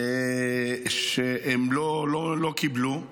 שהם לא קיבלו.